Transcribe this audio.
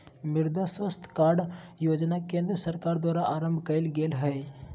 मृदा स्वास्थ कार्ड योजना के केंद्र सरकार द्वारा आरंभ कइल गेल हइ